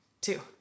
two